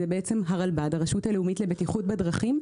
הרלב"ד הרשות הלאומית לבטיחות בדרכים,